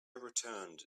returned